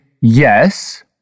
yes